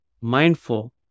mindful